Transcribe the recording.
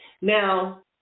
Now